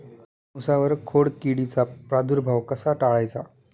उसावर खोडकिडीचा प्रादुर्भाव कसा टाळायचा?